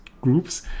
groups